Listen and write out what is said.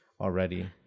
already